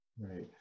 Right